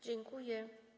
Dziękuję.